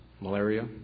malaria